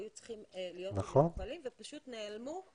היו צריכים להיות עם מוגבלים ופשוט נעלמו.